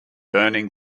burning